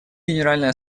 генеральная